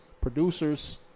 producers